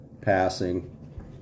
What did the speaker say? passing